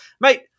Mate